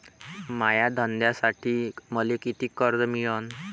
माया धंद्यासाठी मले कितीक कर्ज मिळनं?